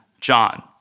John